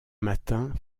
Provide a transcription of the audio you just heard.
matin